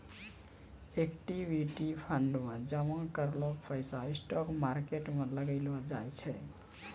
equity fund मे जामा कैलो पैसा स्टॉक मार्केट मे लगैलो जाय छै